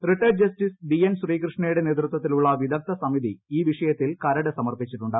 retired justice B N Sri കൃഷ്ണയുടെ നേതൃത്വത്തിലുള്ള വിദ്ഗ്ധ് സമിതി ഈ വിഷയത്തിൽ കരട് സമർപ്പിച്ചിട്ടുണ്ട്